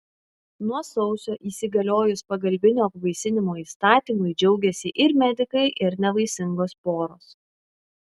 nuo sausio įsigaliojus pagalbinio apvaisinimo įstatymui džiaugėsi ir medikai ir nevaisingos poros